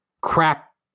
Crap